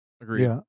Agreed